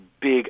big